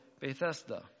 Bethesda